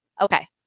Okay